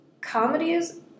comedies